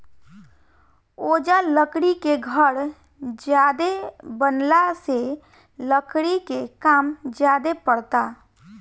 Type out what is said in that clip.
ओजा लकड़ी के घर ज्यादे बनला से लकड़ी के काम ज्यादे परता